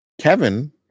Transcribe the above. Kevin